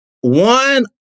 one